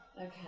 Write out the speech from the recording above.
Okay